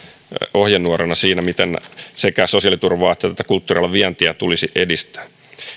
ohjenuorana siinä miten sekä sosiaaliturvaa että tätä kulttuurialan vientiä tulisi edistää